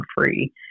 free